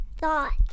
Thoughts